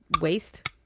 Waste